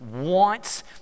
wants